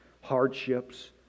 hardships